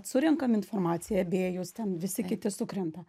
surenkam informaciją abiejus ten visi kiti sukrenta